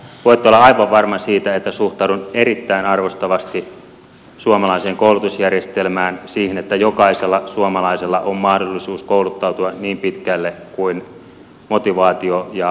voitte olla aivan varma siitä että suhtaudun erittäin arvostavasti suomalaiseen koulutusjärjestelmään siihen että jokaisella suomalaisella on mahdollisuus kouluttautua niin pitkälle kuin motivaatio ja rahkeet riittävät